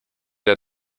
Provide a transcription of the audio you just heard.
der